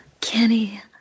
Kenny